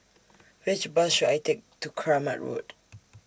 Which Bus should I Take to Kramat Road